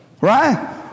right